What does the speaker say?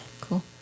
Cool